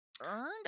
earned